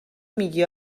میگی